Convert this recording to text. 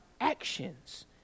actions